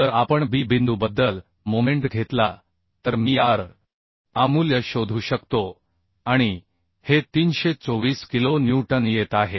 जर आपण बी बिंदूबद्दल मोमेंट घेतला तर मी r Aमूल्य शोधू शकतो आणि हे 324 किलो न्यूटन येत आहे